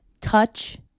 touch